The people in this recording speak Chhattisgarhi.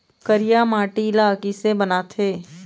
करिया माटी ला किसे बनाथे?